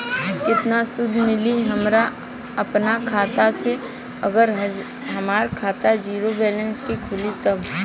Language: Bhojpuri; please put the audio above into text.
केतना सूद मिली हमरा अपना खाता से अगर हमार खाता ज़ीरो बैलेंस से खुली तब?